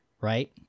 right